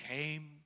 came